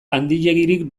handiegirik